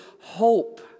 hope